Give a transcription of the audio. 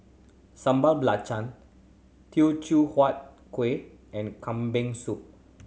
Sambal Belacan Teochew Huat Kueh and Kambing Soup